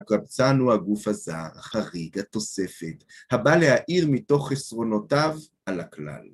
הקבצן הוא הגוף הזר, החריג התוספת, הבא להאיר מתוך חסרונותיו על הכלל.